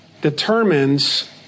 determines